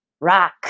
rock